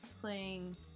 playing